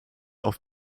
auf